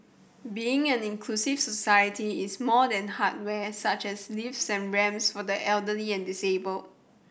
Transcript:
being an inclusive society is more than hardware such as lifts and ramps for the elderly and disabled